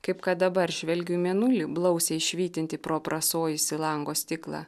kaip kad dabar žvelgiu į mėnulį blausiai švytintį pro aprasojusį lango stiklą